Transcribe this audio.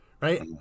right